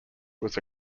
was